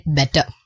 better